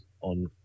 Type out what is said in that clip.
on